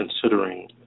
considering